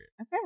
Okay